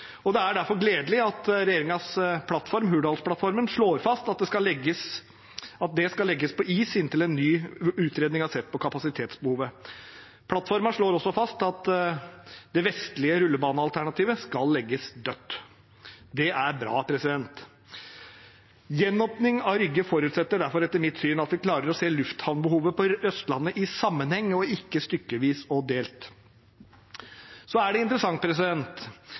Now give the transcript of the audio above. og det er derfor gledelig at regjeringens plattform, Hurdalsplattformen, slår fast at det skal legges på is inntil en ny utredning har sett på kapasitetsbehovet. Plattformen slår også fast at det vestlige rullebanealternativet skal legges dødt. Det er bra. Gjenåpning av Rygge forutsetter derfor etter mitt syn at vi klarer å se lufthavnbehovet på Østlandet i sammenheng, og ikke stykkevis og delt. Så er det interessant